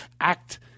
Act